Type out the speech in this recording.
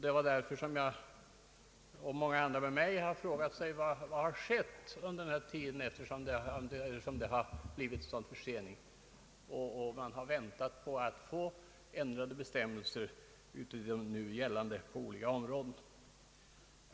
Det är därför som jag och många med mig har frågat sig, vad som skett under denna tid eftersom en sådan försening uppstått att vi fått vänta på att få ändrade bestämmeiser i nu gällande bestämmelser på berörda områden.